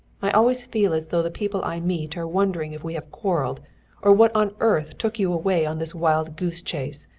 i always feel as though the people i meet are wondering if we have quarreled or what on earth took you away on this wild-goose chase.